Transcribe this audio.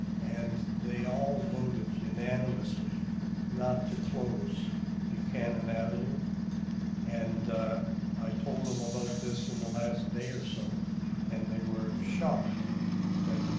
and they all voted unanimously not to close buchanan avenue and i told them about this in the last day or so and they were shocked that.